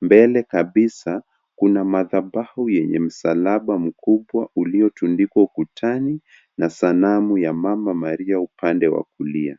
Mbele kabisa kuna madhabahu yenye msalaba mkubwa uliotundikwa ukutani na sanamu ya Mama Maria upande wa kulia.